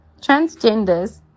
transgenders